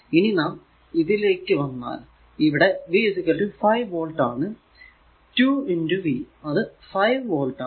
ഇനി നാം ഇതിലേക്ക് വന്നാൽ ഇവിടെ V 5 വോൾട് ആണ് 2 V അത് 5 വോൾട് ആണ്